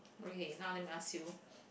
okay now let me ask you